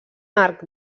arc